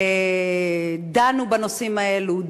דנו בנושאים האלו,